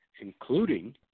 including